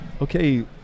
okay